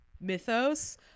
mythos